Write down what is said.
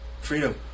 Freedom